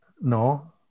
No